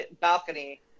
balcony